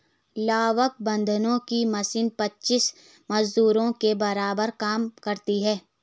लावक बांधने की मशीन पच्चीस मजदूरों के बराबर काम करती है